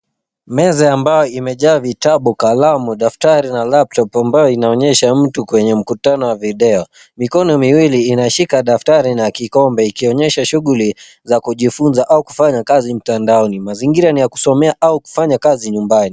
Meza ya mbao imejaa vitabu, kalamu, daftari na laptop ambayo inaonyesha mtu kwenye mkutano wa video. Mikono miwili inashika daftari na kikombe ikionyesha shughuli za kujifunza au kufanya kazi mtandaoni. Mazingira ni ya kusomea au kufanya kazi nyumbani.